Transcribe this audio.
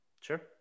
sure